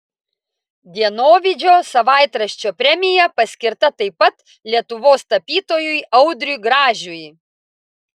dienovidžio savaitraščio premija paskirta taip pat lietuvos tapytojui audriui gražiui